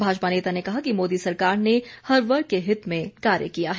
भाजपा नेता ने कहा कि मोदी सरकार ने हर वर्ग के हित में कार्य किया है